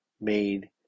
made